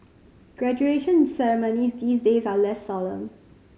graduation ceremonies these days are less solemn